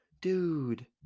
Dude